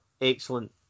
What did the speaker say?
excellent